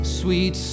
sweet